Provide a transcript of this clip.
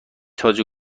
تاج